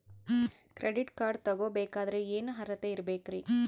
Credit card ತೊಗೋ ಬೇಕಾದರೆ ಏನು ಅರ್ಹತೆ ಇರಬೇಕ್ರಿ?